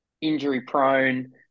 injury-prone